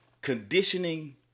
Conditioning